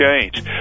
change